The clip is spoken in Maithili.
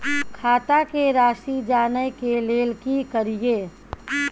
खाता के राशि जानय के लेल की करिए?